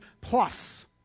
plus